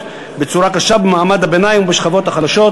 בצורה קשה במעמד הביניים ובשכבות החלשות.